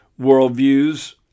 worldviews